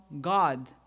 God